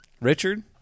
Richard